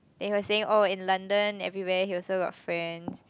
they were saying oh in London everywhere he also got friends